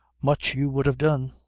much you would have done.